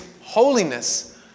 holiness